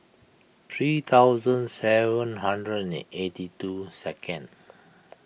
three thousand seven hundred and eighty two second